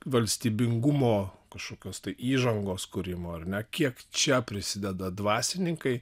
valstybingumo kažkokios įžangos kūrimo ar ne kiek čia prisideda dvasininkai